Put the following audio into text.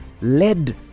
led